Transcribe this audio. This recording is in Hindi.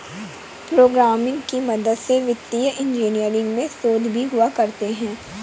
प्रोग्रामिंग की मदद से वित्तीय इन्जीनियरिंग में शोध भी हुआ करते हैं